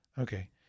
Okay